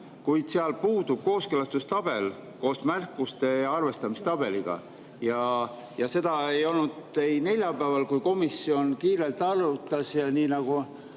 kuid puudub kooskõlastustabel koos märkuste ja arvestamistabeliga. Seda ei olnud neljapäeval, kui komisjon kiirelt arutas, nii nagu